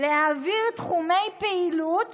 להעביר תחומי פעילות